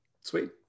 Sweet